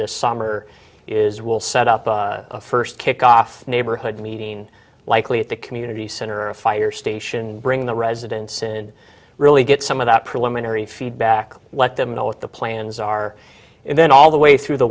this summer is we'll set up a first kick off neighborhood meeting likely at the community center a fire station and bring the residents in really get some of that preliminary feedback let them know what the plans are and then all the way through the